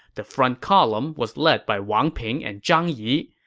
the front column was led by wang ping and zhang yi.